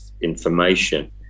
information